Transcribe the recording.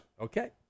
okay